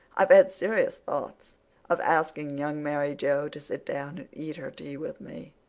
i've had serious thoughts of asking young mary joe to sit down and eat her tea with me,